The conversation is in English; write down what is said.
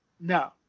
no